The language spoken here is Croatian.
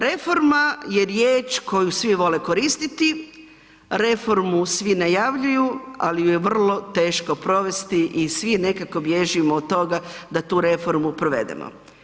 Reforma je riječ koju svi vole koristiti, reformu svi najavljuju ali ju je vrlo teško provesti i svi nekako bježimo od toga da tu reformu provedemo.